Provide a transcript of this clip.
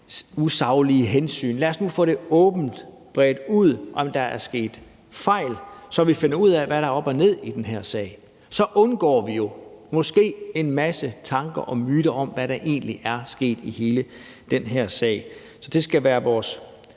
»usaglige hensyn«. Lad os nu åbent få det bredt ud, om der er sket fejl, så vi finder ud af, hvad der er op og ned i den her sag. Så undgår vi jo måske en masse tanker og myter om, hvad der egentlig er sket i hele den her sag. Så det skal være vores